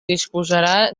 disposarà